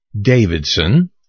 Davidson